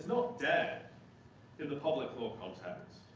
dead in the public law context.